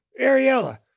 Ariella